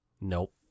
Nope